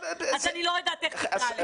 אני לא יודעת איך תקרא לזה.